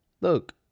look